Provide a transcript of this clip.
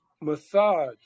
Massage